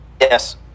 Yes